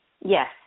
Yes